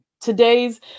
Today's